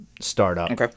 startup